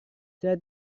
saya